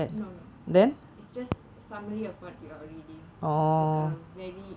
no no is just summary of what you are reading like a very